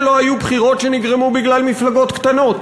בישראל לא היו מעולם בחירות שנגרמו בגלל מפלגות קטנות.